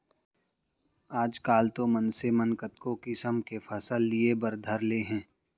आजकाल तो मनसे मन कतको किसम के फसल लिये बर धर ले हें